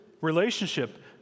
relationship